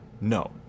No